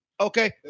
Okay